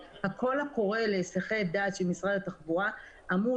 הקול הקורא להסחי דעת של משרד התחבורה אמור